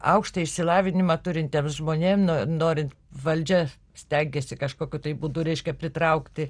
aukštą išsilavinimą turintiems žmonėm norint valdžia stengėsi kažkokiu būdu reiškia pritraukti